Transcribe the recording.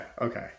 Okay